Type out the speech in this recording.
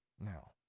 Now